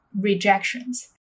rejections